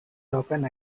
often